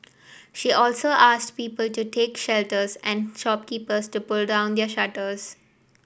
she also asked people to take shelters and shopkeepers to pull down their shutters